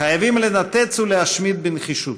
חייבים לנתץ ולהשמיד בנחישות.